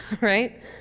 right